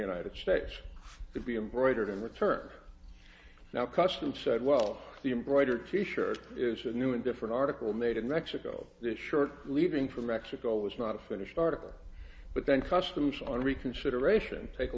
united states to be embroidered in return for now customs said well the embroider t shirt is a new and different article made in mexico this short leaving from mexico was not a finished article but then customs on reconsideration take a